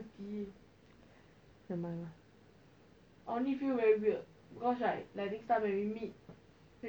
like now right everyday we got to talk for one hour